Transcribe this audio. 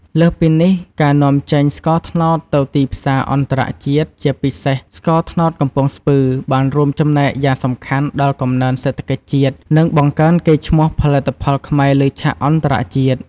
លើសពីនេះ ការនាំចេញស្ករត្នោតទៅទីផ្សារអន្តរជាតិ ជាពិសេសស្ករត្នោតកំពង់ស្ពឺ បានរួមចំណែកយ៉ាងសំខាន់ដល់កំណើនសេដ្ឋកិច្ចជាតិ និងបង្កើនកេរ្តិ៍ឈ្មោះផលិតផលខ្មែរលើឆាកអន្តរជាតិ។